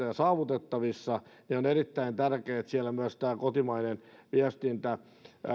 ja saavutettavissa siinä mielessä on kyllä erittäin tärkeätä että siellä myös tämä kotimainen viestintä